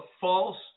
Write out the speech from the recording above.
false